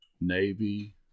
Navy